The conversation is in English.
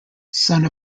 son